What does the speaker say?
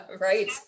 Right